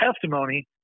testimony